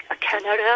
Canada